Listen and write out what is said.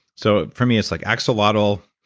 so for me, it's like axolotl,